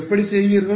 எப்படி செய்வீர்கள்